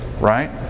right